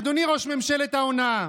אדוני ראש ממשלת ההונאה,